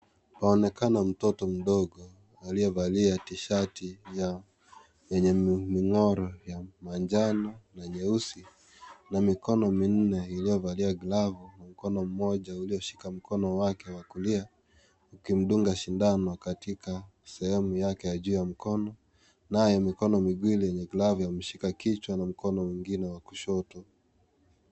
Paonekana mtoto mdogo aliyevalia tishati ya yenye mingoro ya manjano na nyeusi na mikono minne iliyovalia glavu na mkono mmoja ulioshika mkono wake wa kulia ukimdunga sindano katika sehemu yake ya juu ya mkono naye mikono miwili yenye glavu imeshika kichwa na mkono mwingine wa kushoto.